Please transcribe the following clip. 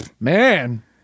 Man